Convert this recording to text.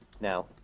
now